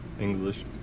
English